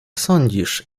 sądzisz